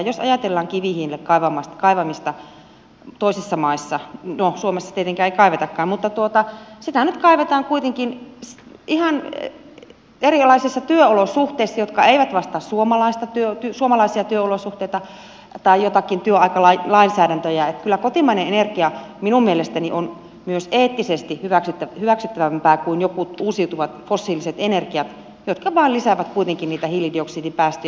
jos ajatellaan kivihiilen kaivamista toisissa maissa no suomessa tietenkään ei kaivetakaan niin sitä nyt kaivetaan kuitenkin ihan erilaisissa työolosuhteissa jotka eivät vastaa suomalaisia työolosuhteita tai joitakin työaikalainsäädäntöjä niin että kyllä kotimainen energia minun mielestäni on myös eettisesti hyväksyttävämpää kuin jotkut uusiutuvat fossiiliset energiat jotka vain lisäävät kuitenkin niitä hiilidioksidipäästöjä